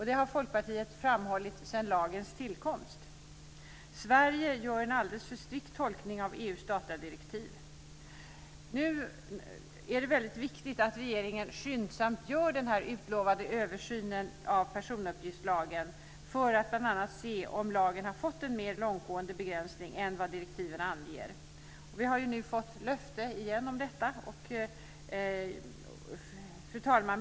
Det har Folkpartiet framhållit sedan lagens tillkomst. Sverige gör en alldeles för strikt tolkning av EU:s datadirektiv. Nu är det väldigt viktigt att regeringen skyndsamt gör den här utlovade översynen av personuppgiftslagen, för att bl.a. se om lagen har fått en mer långtgående begränsning än vad som anges i direktiven. Vi har nu fått löfte om det igen. Fru talman!